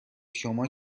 شما